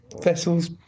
vessels